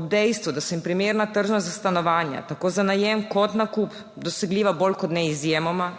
ob dejstvu, da so jim primerna tržna stanovanja tako za najem kot nakup dosegljiva bolj kot ne izjemoma,